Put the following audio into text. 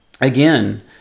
again